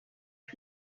bad